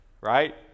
right